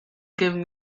give